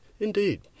Indeed